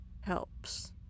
helps